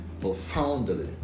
profoundly